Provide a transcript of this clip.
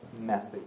messy